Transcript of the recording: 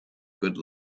good